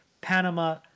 Panama